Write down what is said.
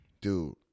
dude